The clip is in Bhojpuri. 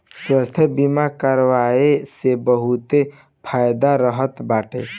स्वास्थ्य बीमा करवाए से बहुते फायदा रहत बाटे